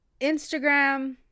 Instagram